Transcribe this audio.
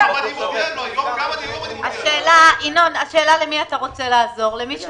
ינון, השאלה למי אתה רוצה לעזור למי שפספס,